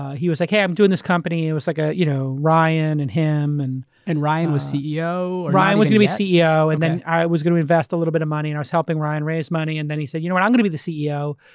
he was like hey, i'm doing this company. it was like ah you know ryan and him. and and ryan was ceo? ryan was going to be ceo and then i was going to invest a little bit of money and i was helping ryan raise money. then he said you know what? i'm going to be the ceo.